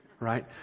right